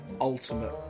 ultimate